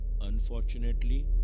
unfortunately